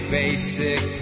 basic